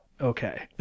okay